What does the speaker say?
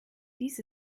dies